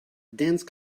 dense